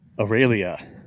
Aurelia